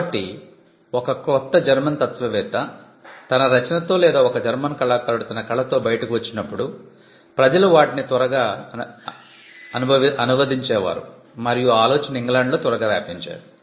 కాబట్టి ఒక క్రొత్త జర్మన్ తత్వవేత్త తన రచనతో లేదా ఒక జర్మన్ కళాకారుడు తన కళతో బయటకు వచ్చినప్పుడు ప్రజలు వాటిని త్వరగా అనువదించే వారు మరియు ఆ ఆలోచన ఇంగ్లాండ్లో త్వరగా వ్యాపించేది